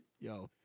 Yo